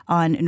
on